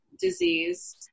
disease